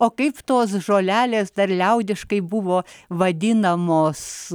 o kaip tos žolelės dar liaudiškai buvo vadinamos